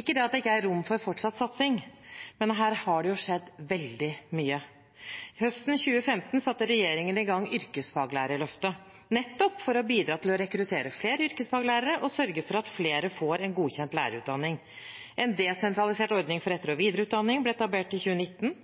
Ikke at det ikke er rom for fortsatt satsing, men her har det jo skjedd veldig mye. Høsten 2015 satte regjeringen i gang Yrkesfaglærerløftet, nettopp for å bidra til å rekruttere flere yrkesfaglærere og sørge for at flere får en godkjent lærerutdanning. En desentralisert ordning for etter- og videreutdanning ble etablert i 2019.